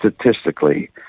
statistically